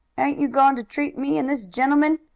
ain't you goin' to treat me and this gentleman?